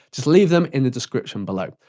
just leave them in the description below.